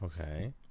Okay